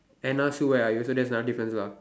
Anna Sue where are you so that's another difference lah